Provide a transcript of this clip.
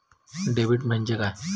Debit म्हणजे काय?